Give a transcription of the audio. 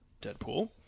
Deadpool